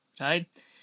right